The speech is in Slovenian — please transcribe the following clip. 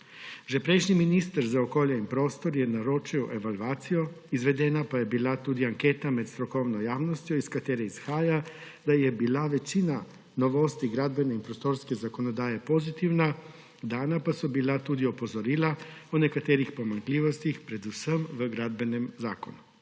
Že prejšnji minister za okolje in prostor je naročil evalvacijo, izvedena pa je bila tudi anketa med strokovno javnostjo, iz katere izhaja, da je bila večina novosti gradbene in prostorske zakonodaje pozitivna, dana pa so bila tudi opozorila o nekaterih pomanjkljivostih, predvsem v Gradbenem zakonu.